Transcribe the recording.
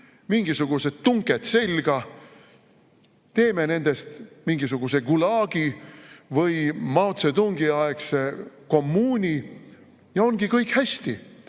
mingisugused tunked selga. Teeme nendest mingisuguse Gulagi või Mao Zedongi aegse kommuuni ja ongi kõik hästi.